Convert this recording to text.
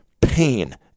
pain